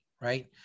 right